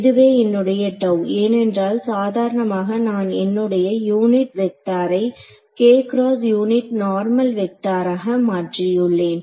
இதுவே என்னுடைய ஏனென்றால் சாதாரணமாக நான் என்னுடைய யூனிட் வெக்டரை யூனிட் நார்மல் வெக்டராக மாற்றியுள்ளேன்